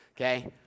okay